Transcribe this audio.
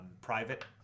private